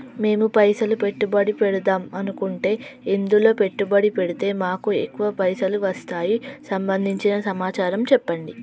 మేము పైసలు పెట్టుబడి పెడదాం అనుకుంటే ఎందులో పెట్టుబడి పెడితే మాకు ఎక్కువ పైసలు వస్తాయి సంబంధించిన సమాచారం చెప్పండి?